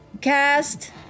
cast